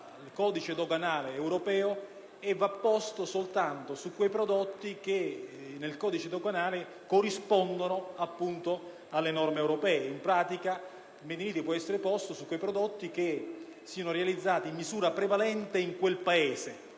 il *made in Italy* può essere posto su quei prodotti che siano realizzati in misura prevalente nel Paese.